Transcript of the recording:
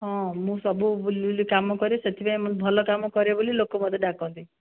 ହଁ ମୁଁ ସବୁ ବୁଲି ବୁଲି କାମ କରେ ସେଥିପାଇଁ ମୁଁ ଭଲ କାମ କରେ ବୋଲି ଲୋକ ମୋତେ ଡାକନ୍ତି